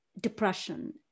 depression